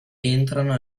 entrano